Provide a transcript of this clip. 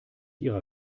ihrer